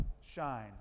shine